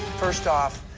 first off,